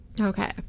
Okay